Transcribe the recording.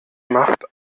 macht